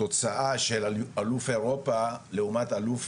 תוצאה של אלוף אירופה לעומת אלוף